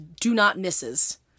do-not-misses